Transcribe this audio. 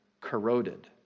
corroded